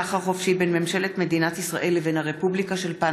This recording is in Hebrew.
הצעת חוק הממשלה (תיקון,